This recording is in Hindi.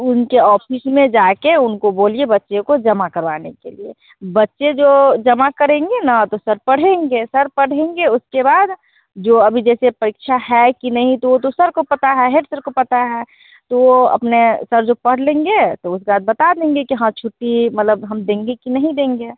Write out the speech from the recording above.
उनके ऑफिस में जा कर उनको बोलिए बच्चे को जमा करवाने के लिए बच्चे जो जमा करेंगे ना तो सर पढ़ेंगे सर पढ़ेंगे उसके बाद जो अभी जैसे परीक्षा है कि नहीं तो वो तो सर को पता है हेड सर को पता है तो वो अपने सर जो पढ़ लेंगे तो वो सर बता देंगे कि हाँ छुट्टी मलब हम देंगे कि नही देंगे